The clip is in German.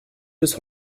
bis